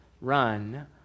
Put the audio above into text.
run